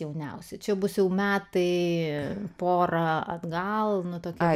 jauniausi čia bus jau metai ir pora atgal nuo to ką